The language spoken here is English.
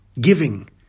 giving